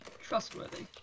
trustworthy